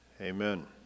Amen